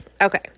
Okay